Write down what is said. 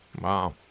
Wow